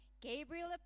Gabriel